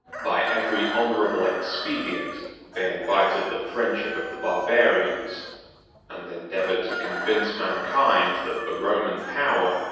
by every honorable expedient they invited the friendship of the barbarians and endeavored to convince mankind that the roman power,